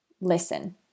listen